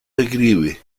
declive